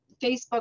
facebook